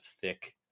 thick